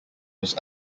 was